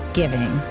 giving